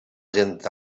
gent